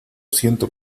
siento